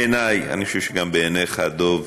בעיניי, אני חושב שגם בעיניך, דב,